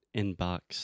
inbox